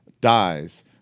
dies